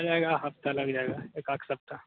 आ जाएगा हफ्ता लग जाएगा एक आध सप्ताह